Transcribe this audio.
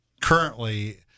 currently